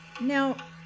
Now